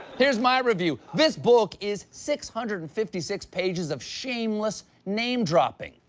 here's my review. this book is six hundred and fifty six pages of shameless name dropping.